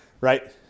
right